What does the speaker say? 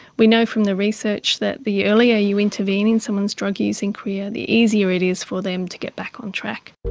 we know from the research that the earlier you intervene in someone's drug using career, the easier it is for them to get back on track.